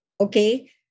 okay